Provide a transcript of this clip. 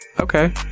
okay